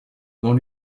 dans